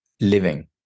living